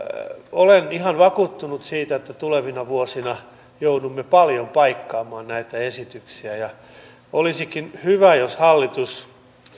olen ihan vakuuttunut siitä että tulevina vuosina joudumme paljon paikkaamaan näitä esityksiä olisikin hyvä jos hallitus